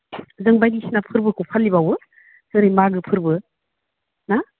जों बायदिसिना फोरबोफोरखौ फालिबावो जेरै मागो फोरबो ना